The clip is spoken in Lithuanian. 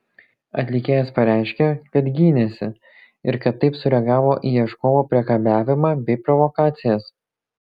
atlikėjas pareiškė kad gynėsi ir kad taip sureagavo į ieškovo priekabiavimą bei provokacijas